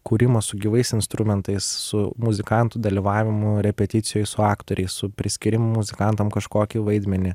kūrimas su gyvais instrumentais su muzikantų dalyvavimu repeticijoj su aktoriais su priskyrimu muzikantam kažkokį vaidmenį